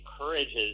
encourages